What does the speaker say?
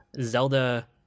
Zelda